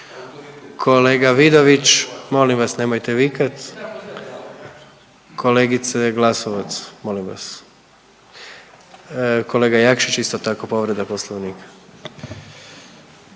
Kolega Vidović molim vas nemojte vikat. Kolegice Glasovac molim vas. Kolega Jakšić isto tako povreda poslovnika.